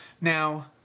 now